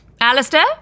Alistair